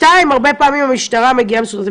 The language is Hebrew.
שנית, הרבה פעמים המשטרה מגיעה מסודרת.